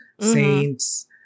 saints